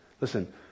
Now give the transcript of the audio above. Listen